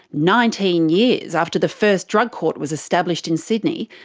nineteen years after the first drug court was established in sydney,